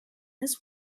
this